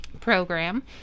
program